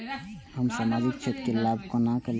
हम सामाजिक क्षेत्र के लाभ केना लैब?